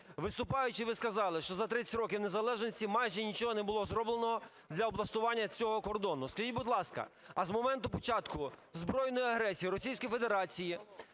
Виступаючи, ви сказали, що за 30 років незалежності майже нічого не було зроблено для облаштування цього кордону. Скажіть, будь ласка, а з моменту початку збройної агресії Російської Федерації,